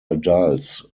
adults